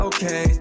Okay